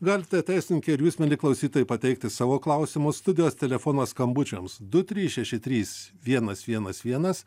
galite teisininkei ir jūs mieli klausytojai pateikti savo klausimus studijos telefonas skambučiams du trys šeši trys vienas vienas vienas